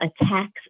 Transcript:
attacks